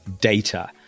data